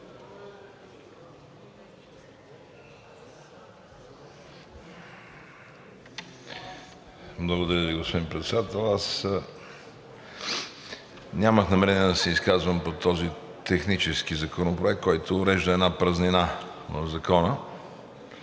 Благодаря Ви, господин Председател. Аз нямах намерение да се изказвам по този технически Законопроект, който урежда една празнина в Закона,